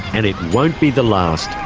and it won't be the last,